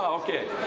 Okay